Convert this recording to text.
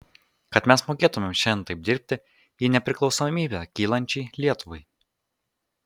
kad mes mokėtumėm šiandien taip dirbti į nepriklausomybę kylančiai lietuvai